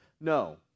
No